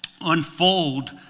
unfold